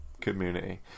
community